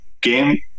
game